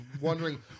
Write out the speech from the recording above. wondering